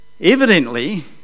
evidently